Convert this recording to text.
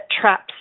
traps